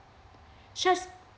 such